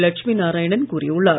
லட்சுமி நாராயணன் கூறியுள்ளார்